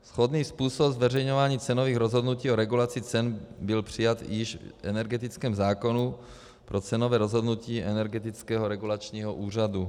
Shodný způsob zveřejňování cenových rozhodnutí o regulaci cen byl přijat již v energetickém zákonu pro cenové rozhodnutí Energetického regulačního úřadu.